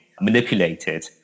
manipulated